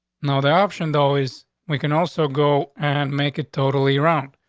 no, the options. always. we can also go and make it totally around.